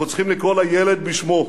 אנחנו צריכים לקרוא לילד בשמו: